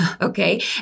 Okay